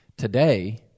Today